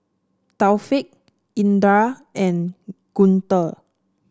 Taufik Indra and Guntur